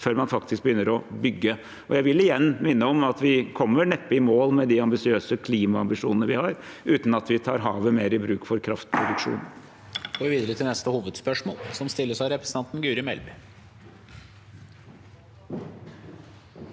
før man faktisk begynner å bygge. Jeg vil igjen minne om at vi neppe kommer i mål med de høye klimaambisjonene vi har, uten at vi tar havet mer i bruk for kraftproduksjon.